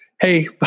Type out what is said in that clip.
Hey